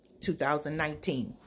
2019